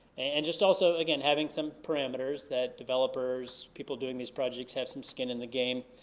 and just also, again, having some parameters that developers, people doing these projects have some skin in the game,